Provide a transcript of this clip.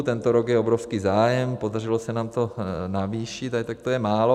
Tento rok je obrovský zájem, podařilo se nám to navýšit, a i tak to je málo.